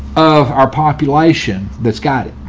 um our population that's got it,